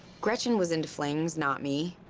gretchen was into flings, not me.